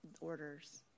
orders